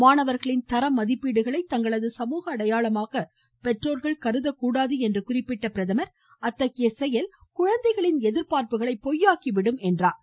மாணவர்களின் தரமதிப்பீடுகளை தங்களது சமூக அடையாளமாக பெற்றோர்கள் கருதக்கூடாது என்று குறிப்பிட்ட பிரதமர் அத்தகைய செயல் குழந்தைகளின் எதிர்பார்ப்புகளை பொய்யாக்கி விடும் என்று கூறினார்